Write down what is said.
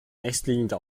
nächstliegende